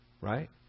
right